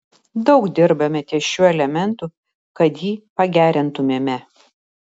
daug dirbame ties šiuo elementu kad jį pagerintumėme